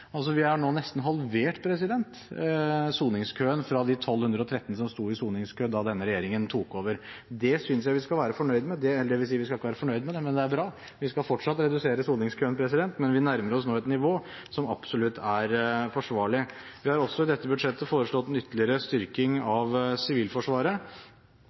Vi har nå nesten halvert soningskøen, fra de 1 213 som sto i soningskø da denne regjeringen tok over. Det synes jeg vi skal være fornøyd med – det vil si, vi skal ikke være fornøyd med det, men det er bra. Vi skal fortsatt redusere soningskøen, men vi nærmer oss et nivå som absolutt er forsvarlig. Vi har også i dette budsjettet foreslått en ytterligere styrking av sivilforsvaret,